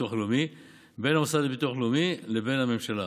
הביטוח הלאומי בין המוסד לביטוח לאומי לבין הממשלה.